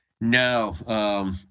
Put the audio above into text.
No